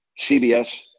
CBS